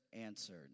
answered